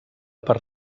per